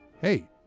hey